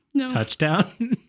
touchdown